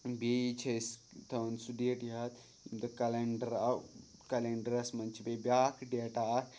بیٚیہِ چھِ أسۍ تھَوان سُہ ڈیٹ یاد ییٚمہِ دۄہ کلَںڈَر آو کَلٮ۪نڈرَس منٛز چھِ بیٚیہِ بیٛاکھ ڈیٹہ اَکھ